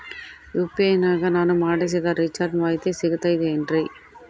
UPI ನಾಗ ನಾನು ಮಾಡಿಸಿದ ರಿಚಾರ್ಜ್ ಮಾಹಿತಿ ಸಿಗುತೈತೇನ್ರಿ?